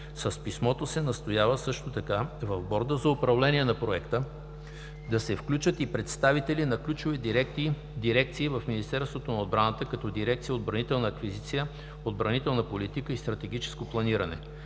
С писмото се настоява, също така, в Борда за управление на проекта да се включат и представители на ключови дирекции в Министерството на отбраната, като дирекция „Отбранителна аквизиция", „Отбранителна политика" и „Стратегическо планиране".